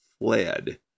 fled